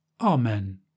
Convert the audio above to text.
Amen